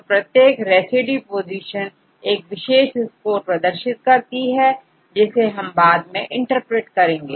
तो प्रत्येक residue position एक विशेष स्कोर प्रदर्शित करती है जिसे हम बाद में इंटरप्रेट करेंगे